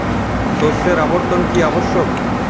শস্যের আবর্তন কী আবশ্যক?